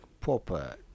proper